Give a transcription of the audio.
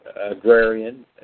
agrarian